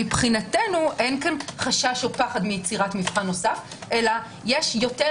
מבחינתנו אין פה חשש או פחד מיצירת מבחן נוסף אלא יש יותר